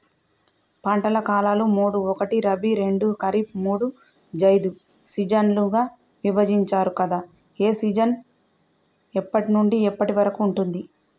పంటల కాలాలు మూడు ఒకటి రబీ రెండు ఖరీఫ్ మూడు జైద్ సీజన్లుగా విభజించారు కదా ఏ సీజన్ ఎప్పటి నుండి ఎప్పటి వరకు ఉంటుంది?